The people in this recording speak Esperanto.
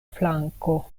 flanko